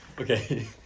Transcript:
Okay